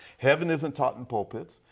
heaven isn't taught in pulpits,